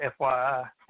FYI